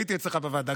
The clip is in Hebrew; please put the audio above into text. הייתי גם אצלך בוועדה,